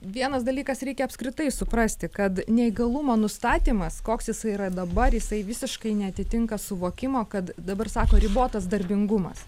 vienas dalykas reikia apskritai suprasti kad neįgalumo nustatymas koks jisai yra dabar jisai visiškai neatitinka suvokimo kad dabar sako ribotas darbingumas